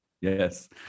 yes